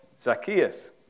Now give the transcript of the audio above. Zacchaeus